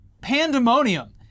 pandemonium